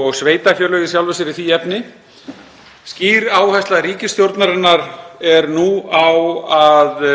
og sveitarfélög í sjálfu sér í því efni. Skýr áhersla ríkisstjórnarinnar er nú á að